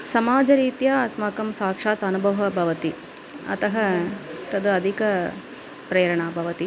समाजरीत्या अस्माकं साक्षात् अनुभवः भवति अतः तद् अधिका प्रेरणा भवति